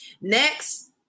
Next